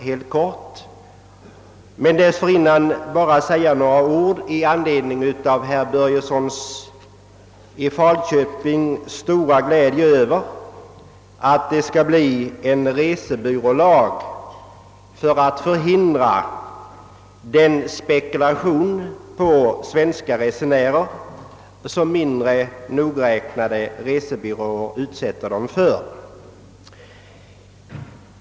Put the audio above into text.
Dessförinnan skall jag dock säga några ord med anledning av herr Börjessons i Falköping stora glädje över att det skall bli en resebyrålag för att förhindra den spekulation som svenska resenärer utsättes för av mindre nogräknade resebyråer.